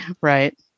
Right